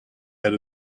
head